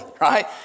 right